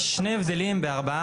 יש שני הבדלים ב-4,